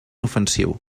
ofensiu